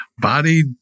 body